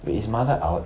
wait is mother out